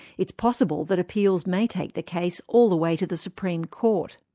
it's possible that appeals may take the case all the way to the supreme court.